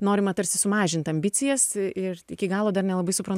norima tarsi sumažinti ambicijas ir iki galo dar nelabai